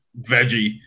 veggie